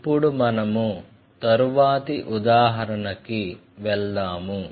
ఇప్పుడు మనము తరువాతి ఉదాహరణకి వెళ్దాము